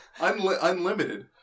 Unlimited